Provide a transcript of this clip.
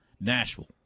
Nashville